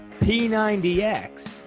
p90x